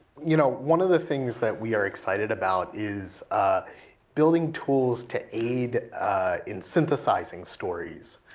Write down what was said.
you know one of the things that we are excited about is building tools to aid in synthesizing stories.